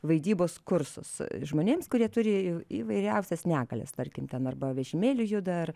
vaidybos kursus žmonėms kurie turi įvairiausias negalias tarkim ten arba vežimėliu juda